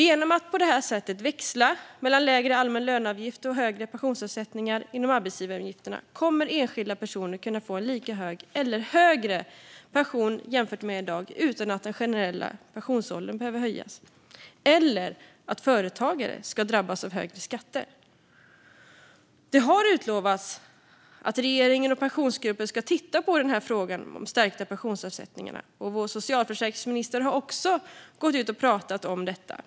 Genom att på det här sättet växla mellan lägre allmän löneavgift och högre pensionsavsättningar inom arbetsgivaravgifterna kommer enskilda personer att kunna få en lika hög eller högre pension jämfört med i dag utan att den generella pensionsåldern behöver höjas och utan att företagare drabbas av högre skatter. Det har utlovats att regeringen och Pensionsgruppen ska titta på frågan om stärkta pensionsavsättningar. Vår socialförsäkringsminister har också gått ut och pratat om detta.